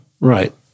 Right